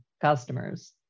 customers